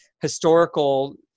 historical